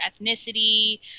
ethnicity